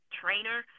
trainer